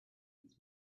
its